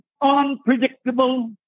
unpredictable